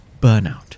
burnout